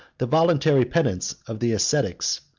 the voluntary penance of the ascetics,